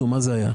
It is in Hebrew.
מה זה היה?